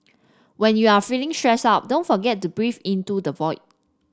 when you are feeling stressed out don't forget to breathe into the void